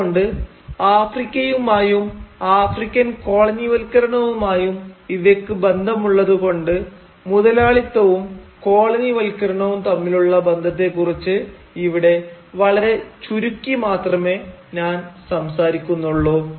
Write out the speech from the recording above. അതുകൊണ്ട് ആഫ്രിക്കയുമായും ആഫ്രിക്കൻ കോളനിവൽക്കരണവുമായും ഇവയ്ക്ക് ബന്ധമുള്ളതു കൊണ്ട് മുതലാളിത്തവും കോളനിവൽക്കരണവും തമ്മിലുള്ള ബന്ധത്തേക്കുറിച്ച് ഇവിടെ വളരെ ചുരുക്കി മാത്രമേ ഞാൻ സംസാരിക്കുന്നുള്ളു